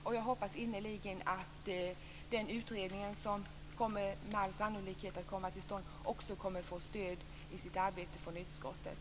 Och jag hoppas innerligt att den utredning som med all sannolikhet kommer att komma till stånd också kommer att få stöd i sitt arbete från utskottet.